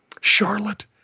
Charlotte